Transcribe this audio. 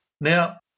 Now